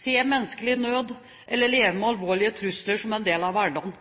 se menneskelig nød eller leve med alvorlige trusler som en del av hverdagen,